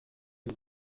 iri